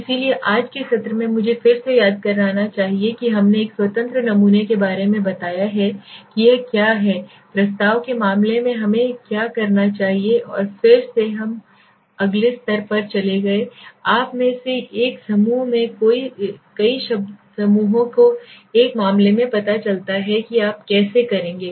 इसलिए आज के सत्र में मुझे फिर से याद करना चाहिए कि हमने एक स्वतंत्र नमूने के बारे में बताया है कि यह क्या है प्रस्ताव के मामले में हमें क्या करना चाहिए और फिर हम अगले स्तर पर चले गए आप में से एक समूह में कई समूहों के एक मामले में पता है कि आप कैसे करेंगे